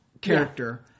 character